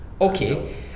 Okay